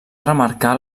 remarcar